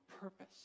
purpose